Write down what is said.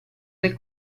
del